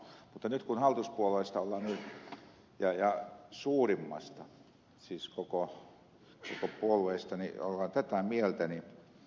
mutta nyt kun hallituspuolueessa ja suurimmassa siis kaikista puolueista ollaan tätä mieltä niin minusta ed